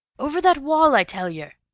over that wall, i tell yer!